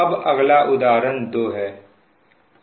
अब अगला उदाहरण दो है